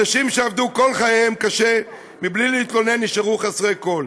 אנשים שעבדו כל חייהם קשה מבלי להתלונן נשארו חסרי כול".